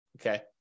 Okay